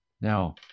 Now